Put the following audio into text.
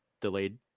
delayed